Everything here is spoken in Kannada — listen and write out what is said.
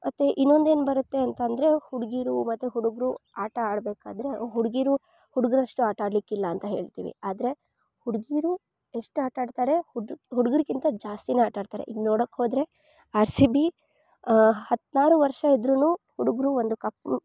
ಮತ್ತೆ ಇನ್ನೊಂದು ಏನು ಬರುತ್ತೆ ಅಂತ ಅಂದರೆ ಹುಡುಗಿರು ಮತ್ತೆ ಹುಡುಗರು ಆಟ ಆಡ್ಬೇಕಾದರೆ ಹುಡುಗಿರು ಹುಡುಗ್ರಷ್ಟು ಆಟ ಆಡಲಿಕ್ಕಿಲ್ಲ ಅಂತ ಹೇಳ್ತೀವಿ ಆದರೆ ಹುಡುಗಿರು ಎಷ್ಟು ಆಟ ಆಡ್ತಾರೆ ಹುಡು ಹುಡುಗರಿಗಿಂತ ಜಾಸ್ತಿಯೇ ಆಟ ಆಡ್ತಾರೆ ಈಗ ನೋಡೋಕ್ಕೋದ್ರೆ ಆರ್ ಸಿ ಬಿ ಹದಿನಾರು ವರ್ಷ ಇದ್ರೂ ಹುಡುಗರು ಒಂದು ಕಪ್ನು